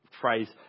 phrase